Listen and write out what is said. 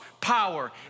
power